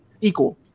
equal